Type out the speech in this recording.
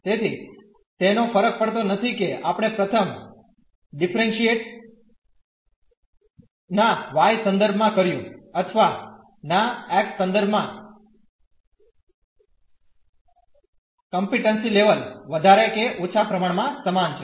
તેથી તેનો ફરક પડતો નથી કે આપણે પ્રથમ ડીફરેંસીએટ ના y સંદર્ભ માં કર્યું અથવા ના x સંદર્ભ માં કમ્પિટમ્સી લેવેલ વધારે કે ઓછા પ્રમાણ મા સમાન છે